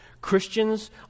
Christians